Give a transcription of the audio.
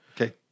Okay